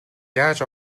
яаж